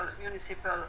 municipal